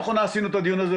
מתי קיימנו את הדיון הזה